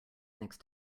next